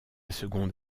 seconde